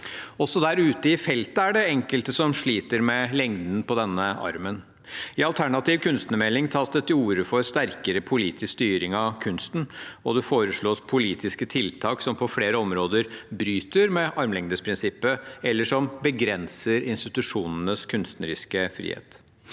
Også der ute i felten er det enkelte som sliter med lengden på denne armen. I Alternativ kunstnermelding tas det til orde for sterkere politisk styring av kunsten, og det foreslås politiske tiltak som på flere områder bryter med armlengdes avstand-prinsippet, eller som begrenser institusjonenes kunstneriske frihet.